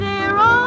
Zero